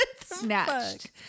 snatched